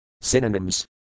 synonyms